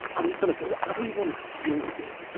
i'm just gonna go. i only want to deal with it.